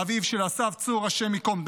אביו של אסף צור, השם ייקום דמו.